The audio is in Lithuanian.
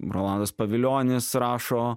rolandas pavilionis rašo